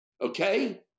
Okay